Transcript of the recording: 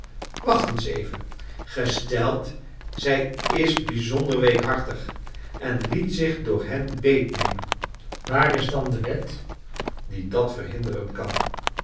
wacht eens even gesteld zij is bijzonder weekhartig en liet zich door hen beetnemen waar is dan de wet die dat ver hinder en kan